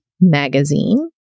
Magazine